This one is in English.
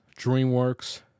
DreamWorks